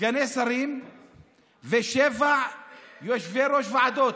סגני שרים ושבעה יושבי-ראש ועדות?